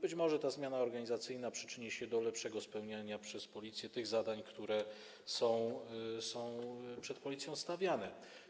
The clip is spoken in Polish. Być może ta zmiana organizacyjna przyczyni się do lepszego spełniania przez Policję tych zadań, które są przed Policją stawiane.